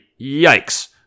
yikes